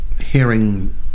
hearing